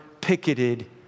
picketed